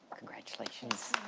congratulations.